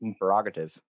prerogative